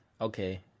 Okay